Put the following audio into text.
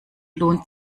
lohnt